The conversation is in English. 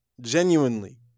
genuinely